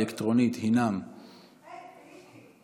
ובכן, תוצאות ההצבעה האלקטרונית הן, היי, טעיתי.